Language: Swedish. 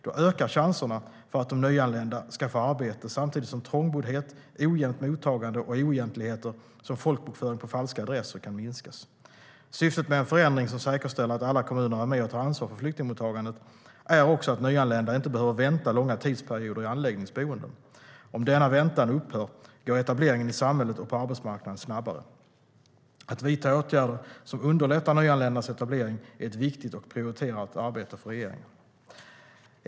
Då ökar chanserna för att de nyanlända ska få arbete, samtidigt som trångboddhet, ojämnt mottagande och oegentligheter som folkbokföring på falska adresser kan minskas. Syftet med en förändring som säkerställer att alla kommuner är med och tar ansvar för flyktingmottagandet är också att nyanlända inte behöver vänta långa tidsperioder i anläggningsboenden. Om denna väntan upphör går etableringen i samhället och på arbetsmarknaden snabbare. Att vidta åtgärder som underlättar nyanländas etablering är ett viktigt och prioriterat arbete för regeringen.